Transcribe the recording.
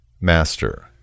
Master